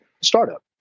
startup